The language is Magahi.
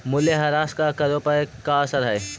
मूल्यह्रास का करों पर का असर हई